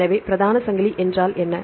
எனவே பிரதான சங்கிலி என்றால் என்ன